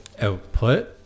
output